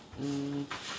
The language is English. hmm